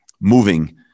moving